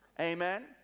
Amen